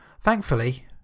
Thankfully